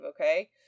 okay